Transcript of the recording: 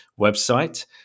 website